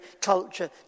culture